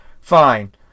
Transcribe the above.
fine